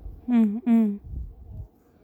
mm mm